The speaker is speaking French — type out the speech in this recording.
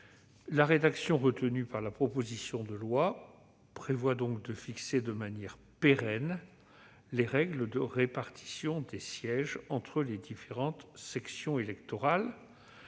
La rédaction retenue pour la proposition de loi prévoit donc la fixation de règles pérennes en matière de répartition des sièges entre les différentes sections électorales.